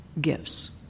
gifts